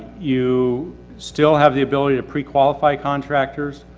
you still have the ability to pre-qualify contractors